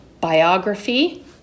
biography